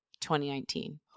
2019